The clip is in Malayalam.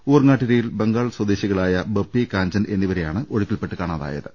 ഊർങ്ങാട്ടിരിയിൽ ബംഗാൾ സ്വദേ ശികളായ ബപ്പി കാഞ്ചൻ എന്നിവരെയാണ് ഒഴുക്കിൽപ്പെട്ട് കാണാതായ ത്